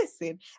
Listen